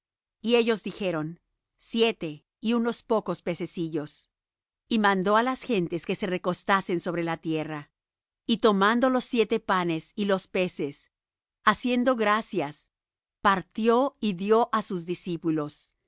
y ellos dijeron siete y unos pocos pececillos y mandó á las gentes que se recostasen sobre la tierra y tomando los siete panes y los peces haciendo gracias partió y dió á sus discípulos